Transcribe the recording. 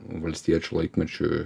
valstiečių laikmečiu